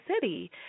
city